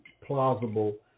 plausible